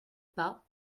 pas